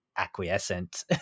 acquiescent